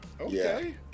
Okay